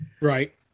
Right